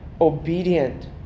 obedient